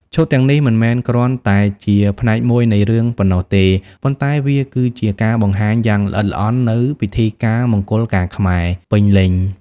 ឈុតទាំងនេះមិនមែនគ្រាន់តែជាផ្នែកមួយនៃរឿងប៉ុណ្ណោះទេ ប៉ុន្តែវាគឺជាការបង្ហាញយ៉ាងល្អិតល្អន់នូវ ពិធីការមង្គលការខ្មែរ ពេញលេញ។